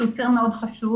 שהוא ציר מאוד חשוב,